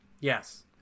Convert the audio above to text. Yes